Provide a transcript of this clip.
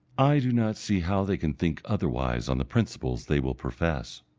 i do not see how they can think otherwise on the principles they will profess.